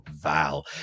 val